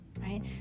right